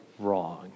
wrong